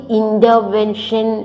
intervention